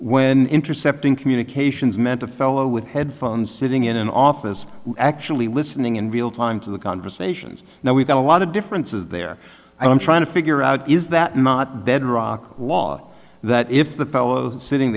when intercepting communications meant a fellow with headphones sitting in an office actually listening in real time to the conversations now we've got a lot of differences there i'm trying to figure out is that not bedrock law that if the